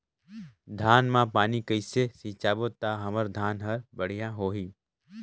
धान मा पानी कइसे सिंचबो ता हमर धन हर बढ़िया होही?